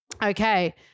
Okay